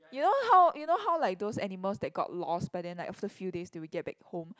you know how you know how like those animals that got lost but then like after few days they will get back home